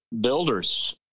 builders